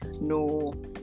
no